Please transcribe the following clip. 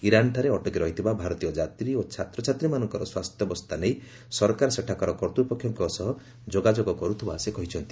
ଇରାନ୍ଠାରେ ଅଟକି ରହିଥିବା ଭାରତୀୟ ଯାତ୍ରୀ ଓ ଛାତ୍ରଛାତ୍ରୀମାନଙ୍କର ସ୍ୱାସ୍ଥ୍ୟାବସ୍ଥା ନେଇ ସରକାର ସେଠାକାର କର୍ତ୍ତୃପକ୍ଷଙ୍କ ସହ ଯୋଗାଯୋଗ କରୁଥିବା ସେ କହିଛନ୍ତି